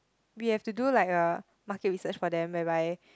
we have to do like a market research for them whereby